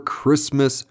Christmas